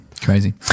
Crazy